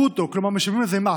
ברוטו, כלומר משלמים על זה מס.